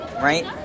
right